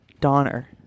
Donner